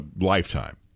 Lifetime